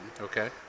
okay